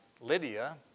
Lydia